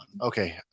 Okay